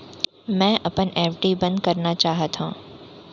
मै अपन एफ.डी बंद करना चाहात हव